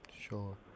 Sure